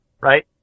Right